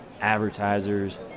advertisers